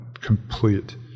complete